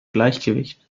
gleichgewicht